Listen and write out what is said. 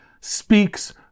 speaks